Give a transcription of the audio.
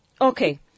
Okay